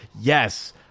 Yes